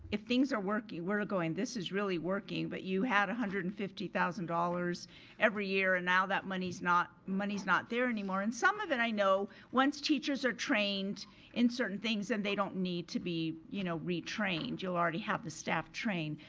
if things are working, we're going this is really working but you had a one hundred and fifty thousand dollars every year and now that money's not money's not there anymore and some of it, i know, once teachers are trained in certain things then and they don't need to be you know retrained. you'll already have the staff trained.